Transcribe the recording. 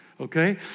okay